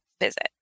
visit